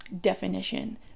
definition